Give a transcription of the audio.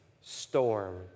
storm